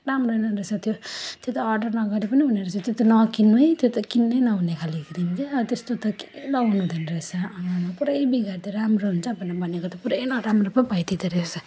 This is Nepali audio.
एउटा राम्रो रहेन रहेछ त्यो त्यो त अर्डर नगरे पनि हुने रहेछ त्यो त नकिन्नु है त्यो त किन्नै नहुने खाले क्रिम क्या त्यस्तो त केही लगाउनुहुँदैन रहेछ आम्मामा पुरै बिगारिदियो राम्रो हुन्छ भनेर भनेको पुरै नराम्रो पो भइदिँदो रहेछ